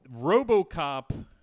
RoboCop